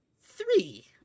three